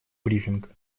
брифинг